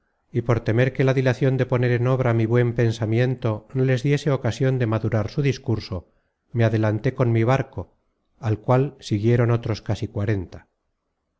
y por temer que la dilacion de poner en obra mi buen pensamiento no les diese ocasion de madurar su discurso me adelanté con mi barco al cual siguieron otros casi cuarenta